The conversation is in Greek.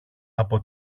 από